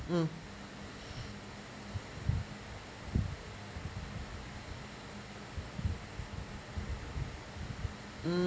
mm mm